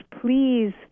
please